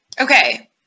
Okay